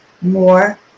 more